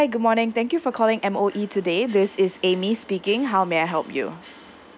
hi good morning thank you for calling M_O_E today this is amy speaking how may I help you